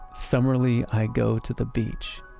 summerly i go to the beach.